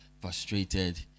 frustrated